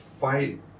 fight